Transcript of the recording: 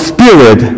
Spirit